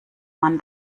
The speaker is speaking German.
man